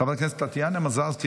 חברת הכנסת טטיאנה מזרסקי,